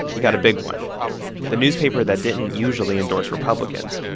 he got a big one the newspaper that didn't usually endorse republicans,